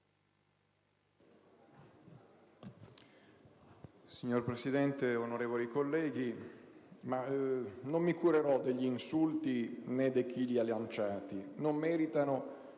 Signor Presidente, onorevoli colleghi, non mi curerò degli insulti, né di chi li ha lanciati: non meritano